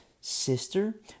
sister